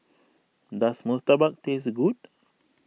does Murtabak taste good